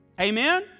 Amen